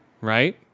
right